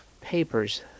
papers